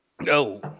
No